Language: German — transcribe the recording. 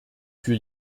für